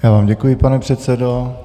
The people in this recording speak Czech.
Já vám děkuji, pane předsedo.